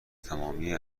تمامی